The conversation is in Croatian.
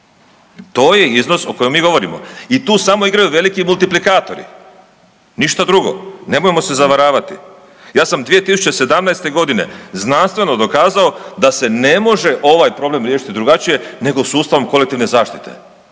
to je iznos o kojem mi govorimo i tu samo igraju veliki multiplikatori, ništa drugo, nemojmo se zavaravati. Ja sam 2017.g. znanstveno dokazao da se ne može ovaj problem riješiti drugačije nego sustavom kolektivne zaštite